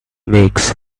makes